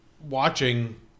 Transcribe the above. watching